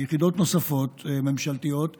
ויחידות ממשלתיות נוספות,